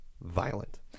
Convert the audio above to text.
violent